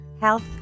health